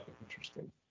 interesting